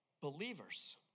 believers